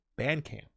Bandcamp